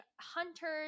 hunters